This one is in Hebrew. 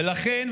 ולכן,